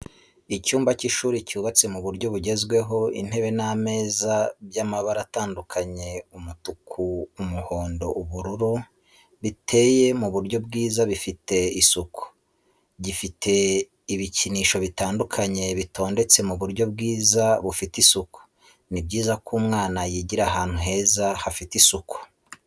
Icyumba cy'ishuri cyubatse mu buryo bugezweho intebe n'ameza by'amabara atandukanye umutuku, umuhondo, ubururu, biteye mu buryo bwiza bifite isuku, gifite ibikinisho bitandukanye bitondetse mu buryo bwiza bufite isuku. Ni byiza ko umwana yigira ahantu heza hafite isuku.